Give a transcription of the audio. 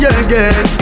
again